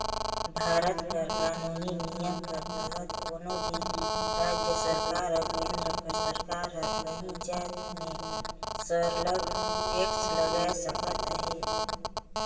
भारत कर कानूनी नियम कर तहत कोनो भी राएज सरकार अउ केन्द्र कर सरकार हर काहीं जाएत में सरलग टेक्स लगाए सकत अहे